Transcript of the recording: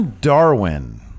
Darwin